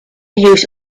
use